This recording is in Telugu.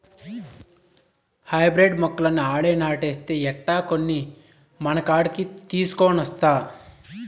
హైబ్రిడ్ మొక్కలన్నీ ఆడే నాటేస్తే ఎట్టా, కొన్ని మనకాడికి తీసికొనొస్తా